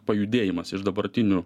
pajudėjimas iš dabartinių